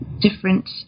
different